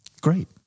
great